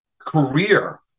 career